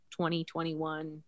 2021